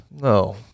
No